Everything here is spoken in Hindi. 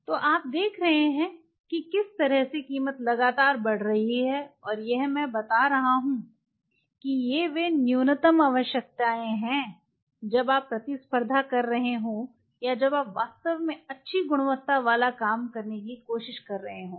तो आप देख रहे हैं कि किस तरह से कीमत लगातार बढ़ रही है और यह मैं बता रहा हूं कि ये वे न्यूनतम आवश्यकताएं हैं जब आप प्रतिस्पर्धा कर रहे हों या जब आप वास्तव में अच्छी गुणवत्ता वाला काम करने की कोशिश कर रहे हों